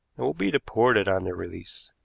and will be deported on their release.